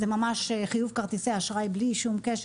זה ממש חיוב כרטיסי אשראי בלי שום קשר.